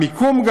המיקום,